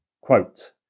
Quote